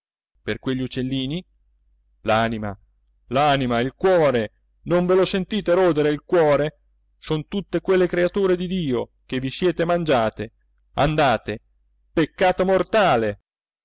per quegli uccellini l'anima l'anima il cuore non ve lo sentite rodere il cuore sono tutte quelle creature di dio che vi siete mangiate andate peccato mortale